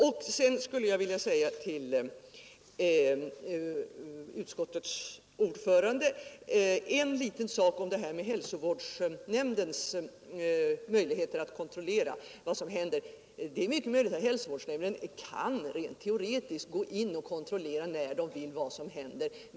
Jag skulle till utskottets ordförande vilja säga en liten sak om hälsovårdsnämndens möjligheter att kontrollera vad som händer. Det är mycket möjligt att hälsovårdsnämnden rent teoretiskt kan gå in och kontrollera vad som händer.